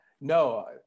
No